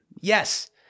Yes